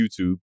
YouTube